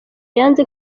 yanze